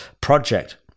project